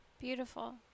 beautiful